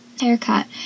haircut